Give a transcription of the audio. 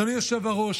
אדוני היושב-ראש,